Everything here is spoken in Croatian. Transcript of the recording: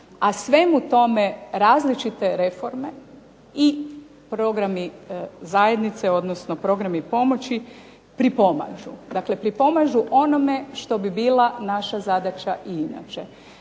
a svemu tome različite reforme i programi zajednice, odnosno programi pomoći, pripomažu. Dakle, pripomažu onome što bi bila naša zadaća i inače.